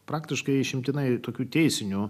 praktiškai išimtinai tokių teisinių